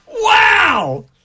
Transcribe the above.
Wow